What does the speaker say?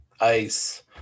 ice